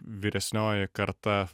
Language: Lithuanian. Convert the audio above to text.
vyresnioji karta